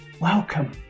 welcome